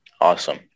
Awesome